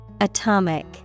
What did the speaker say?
Atomic